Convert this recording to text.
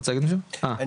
דיברנו,